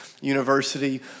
University